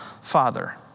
father